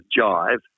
Jive